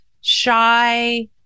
shy